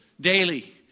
daily